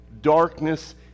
darkness